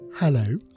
Hello